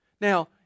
Now